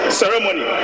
ceremony